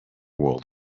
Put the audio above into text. world